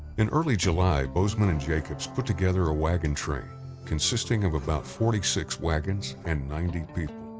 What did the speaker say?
in early july bozeman and jacobs put together a wagon train consisting of about forty six wagons and ninety people.